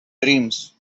dreams